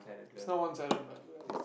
it's not one sided but well